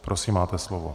Prosím, máte slovo.